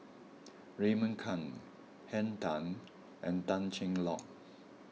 Raymond Kang Henn Tan and Tan Cheng Lock